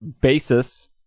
basis